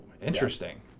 Interesting